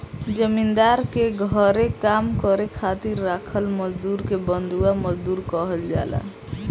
जमींदार के घरे काम करे खातिर राखल मजदुर के बंधुआ मजदूर कहल जाला